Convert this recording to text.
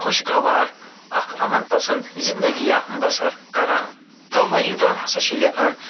خوشگَوار اکھ اَمَن پَسَنٛد زنٛدگِیَہ بَسَر کران تو ؤرِدان ہَسا چھِ لٮ۪کھان